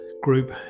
group